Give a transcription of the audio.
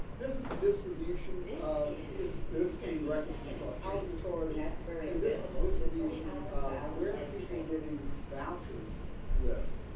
this is the distribution of peers. this came directly from the charlotte housing authority and this is a distribution of where people getting vouchers live